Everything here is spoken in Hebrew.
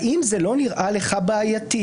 האם זה לא נראה לך בעייתי,